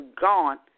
gone